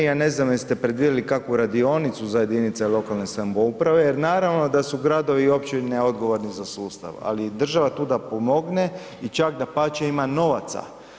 Ja ne znam jeste li predvidjeli kakvu radionicu za jedinice lokalne samouprave jer naravno da su gradovi i općine odgovorni za sustav ali država je tu da pomogne i čak dapače ima novaca.